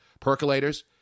percolators